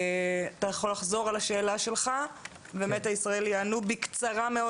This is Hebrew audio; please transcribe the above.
אתה יכול לחזור על השאלה שלך ו"מטא ישראל" יענו בקצרה מאוד,